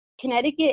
Connecticut